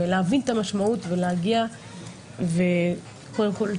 ולהבין את המשמעות ולהגיע קודם כול,